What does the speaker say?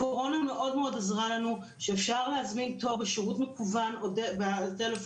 הקורונה מאוד מאוד עזרה לנו שאפשר להזמין תור בשירות מקוון או בטלפון,